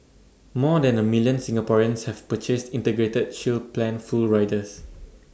more than A million Singaporeans have purchased integrated shield plan full riders